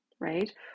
right